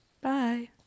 Bye